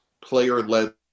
player-led